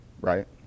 right